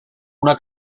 una